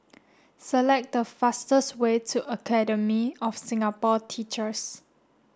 select the fastest way to Academy of Singapore Teachers